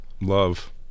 love